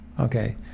Okay